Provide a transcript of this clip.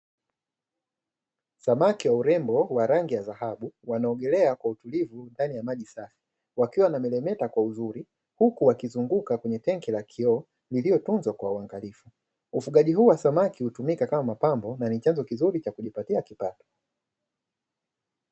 Samaki wa urembo wa rangi ya dhahabu wanaogelea kwa utulivu ndani ya maji safi wakiwa wanameremeta kwa uzuri huku wakizunguka kwenye tenki la kioo lililotunzwa kwa uangalifu, ufugaji huu wa samaki hutumika kama mapambo na chanzo kizuri cha kujipatia kipato.